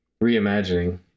Reimagining